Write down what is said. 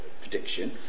prediction